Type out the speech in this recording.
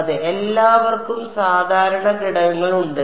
അതെ എല്ലാവർക്കും സാധാരണ ഘടകങ്ങൾ ഉണ്ട്